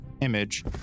image